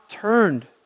turned